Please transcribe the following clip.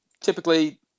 typically